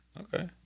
Okay